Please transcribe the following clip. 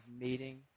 meeting